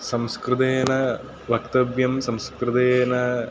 संस्कृतेन वक्तव्यं संस्कृतेन